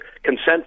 consent